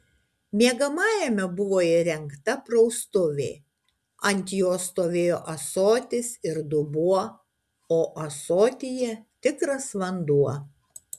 miegamajame buvo įrengta praustuvė ant jos stovėjo ąsotis ir dubuo o ąsotyje tikras vanduo